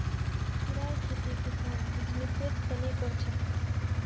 कीड़ार खेती किसान बीजनिस्सेर तने कर छे